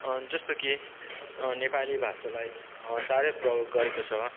जस्तो कि नेपाली भाषालाई साह्रै प्रयोग गरेको छ